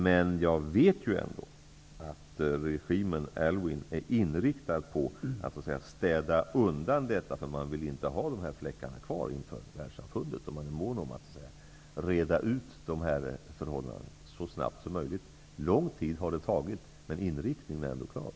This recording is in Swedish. Men jag vet ändå att regimen Aylwin är inriktad på att så att säga städa undan detta, eftersom man inte vill visa upp inför världssamfundet att man har några fläckar kvar. Man är därför mån om att reda ut dessa förhållanden så snabbt som möjligt. Lång tid har det tagit, men inriktningen är ändå klar.